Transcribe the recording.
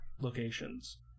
locations